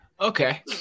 Okay